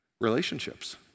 relationships